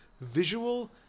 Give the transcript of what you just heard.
visual